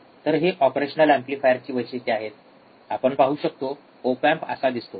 तर हे ऑपरेशनल एम्पलीफायरची वैशिष्ट्ये आहेत आपण पाहू शकतो ओप एम्प असा दिसतो